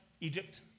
Egypt